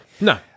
no